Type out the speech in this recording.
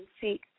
seek